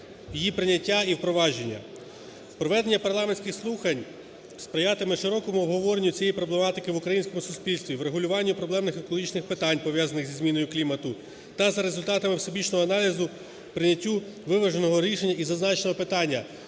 її прийняття і провадження. Проведення парламентських слухань сприятиме широкому обговоренню цієї проблематики в українському суспільстві, врегулюванню проблемних екологічних питань, пов'язаних зі зміною клімату, та за результатами всебічного аналізу, прийняттю виваженого рішення із зазначеного питання.